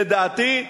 לדעתי,